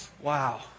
Wow